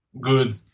good